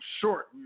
short